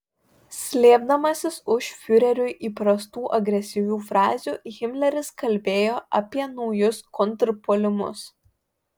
slėpdamasis už fiureriui įprastų agresyvių frazių himleris kalbėjo apie naujus kontrpuolimus